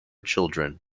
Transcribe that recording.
children